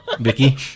Vicky